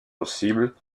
possibles